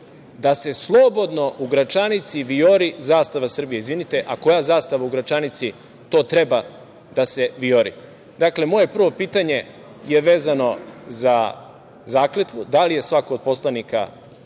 da se slobodno u Gračanici vijori zastava Srbije. Izvinite, a koja zastava u Gračanici to treba da se vijori? Dakle, moje prvo pitanje je vezano za zakletvu, da li je svako od poslanika